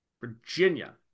Virginia